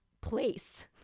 place